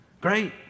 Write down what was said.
Great